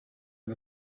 and